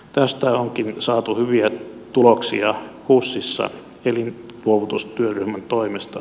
tästä onkin saatu hyviä tuloksia husissa elinluovutustyöryhmän toimesta